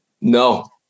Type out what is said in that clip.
No